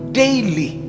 daily